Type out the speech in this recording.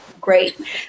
great